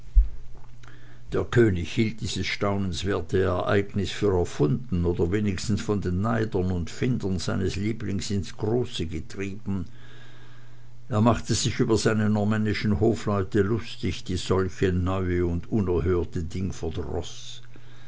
der könig hielt dieses staunenswerte ereignis für erfunden oder wenigstens von den neidern und feinden seines lieblings ins große getrieben er machte sich über seine normännischen hofleute lustig die solches neue und unerhörte ding